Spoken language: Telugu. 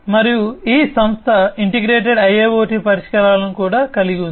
మరియు ఈ సంస్థ ఇంటిగ్రేటెడ్ IIoT పరిష్కారాలను కూడా కలిగి ఉంది